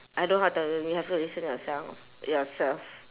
I don't know how to tell you have to listen yourself yourself